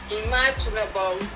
imaginable